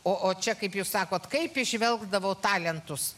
o čia kaip jūs sakot kaip įžvelgdavau talentus